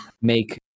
make